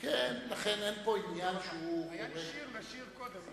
היה לי שיר נשיר קודם,